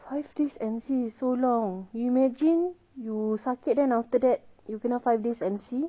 five days M_C is so long imagine you sakit then after that you kena five days M_C